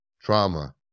Trauma